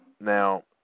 Now